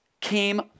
came